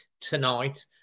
tonight